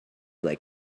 like